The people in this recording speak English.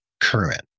current